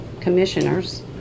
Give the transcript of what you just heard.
commissioners